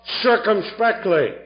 circumspectly